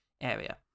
area